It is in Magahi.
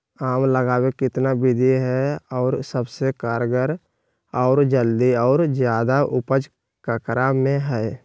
आम लगावे कितना विधि है, और सबसे कारगर और जल्दी और ज्यादा उपज ककरा में है?